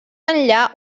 enllà